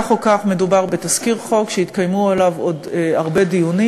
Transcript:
כך או כך מדובר בתזכיר חוק שיתקיימו עליו עוד הרבה דיונים,